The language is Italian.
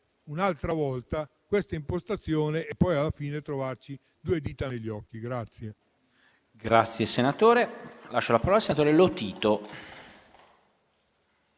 un'altra volta questa impostazione e poi alla fine avere due dita negli occhi.